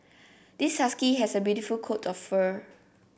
this husky has a beautiful coat of fur